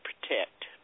protect